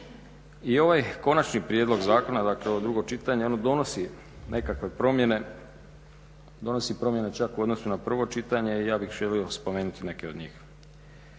i ovaj konačni prijedlog zakona, dakle ovo drugo čitanje, ono donosi nekakve promjene, donosi promjene čak u odnosu na prvo čitanje i ja bih želio spomenuti neke od njih.